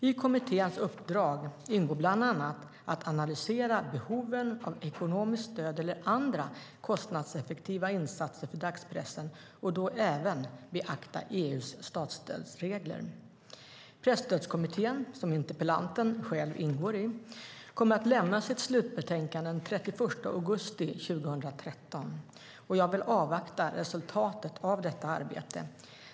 I kommitténs uppdrag ingår bland annat att analysera behoven av ekonomiskt stöd eller andra kostnadseffektiva insatser för dagspressen och då även beakta EU:s statsstödsregler. Presstödskommittén, som interpellanten själv ingår i, kommer att lämna sitt slutbetänkande den 31 augusti 2013, och jag vill avvakta resultatet av detta arbete.